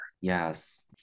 Yes